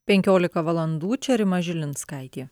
penkiolika valandų čia rima žilinskaitė